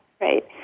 right